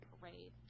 parade